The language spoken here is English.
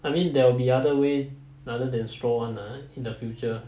I mean there will be other ways other than straw [one] ah in the future